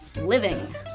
living